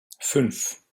fünf